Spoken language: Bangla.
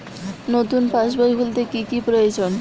নতুন পাশবই খুলতে কি কি প্রয়োজন?